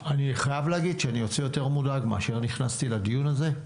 אני חייב להבין שאני יוצא יותר מודאג מאשר נכנסתי לדיון הזה.